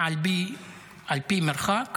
על פי מרחק